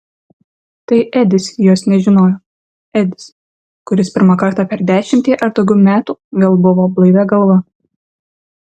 tai edis jos nežinojo edis kuris pirmą kartą per dešimtį ar daugiau metų vėl buvo blaivia galva